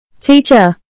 teacher